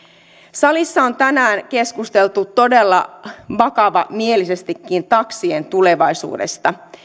salissa on tänään keskusteltu todella vakavamielisestikin taksien tulevaisuudesta